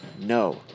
no